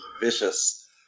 vicious